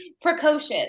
Precocious